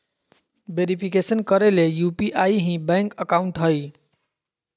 verification करे ले UPI ही बैंक अकाउंट हइ